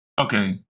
Okay